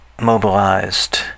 mobilized